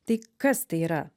tai kas tai yra